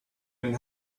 even